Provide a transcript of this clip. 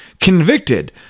convicted